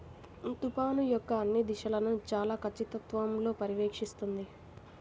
తుఫాను యొక్క అన్ని దశలను చాలా ఖచ్చితత్వంతో పర్యవేక్షిస్తుంది